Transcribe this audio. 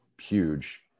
huge